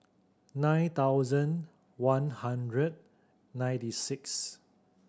nine thousand one hundred ninety six